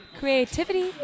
Creativity